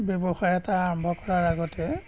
ব্যৱসায় এটা আৰম্ভ কৰাৰ আগতে